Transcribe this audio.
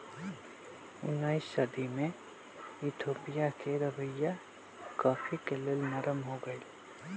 उनइस सदी में इथोपिया के रवैया कॉफ़ी के लेल नरम हो गेलइ